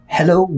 Hello